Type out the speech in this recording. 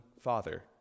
father